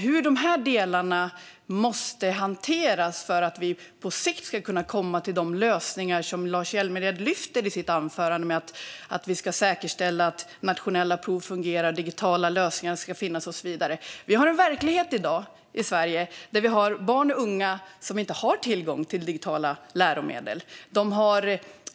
Hur ska dessa delar hanteras så att vi på sikt kan komma till de lösningar som han lyfter fram i sitt anförande, till exempel att säkerställa att nationella prov fungerar och att digitala lösningar finns? I Sverige har vi en verklighet där en del barn och unga inte har tillgång till digitala läromedel.